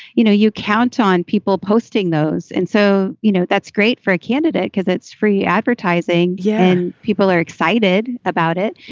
you know, you count on people posting those. and so, you know, that's great for a candidate because it's free advertising. yeah. and people are excited about it.